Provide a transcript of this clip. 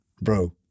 Bro